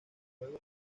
juego